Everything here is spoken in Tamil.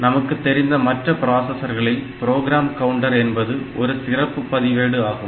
நமக்கு தெரிந்த மற்ற பிராசஸர்களில் ப்ரோக்ராம் கவுண்டர் என்பது ஒரு சிறப்புப் பதிவேடு ஆகும்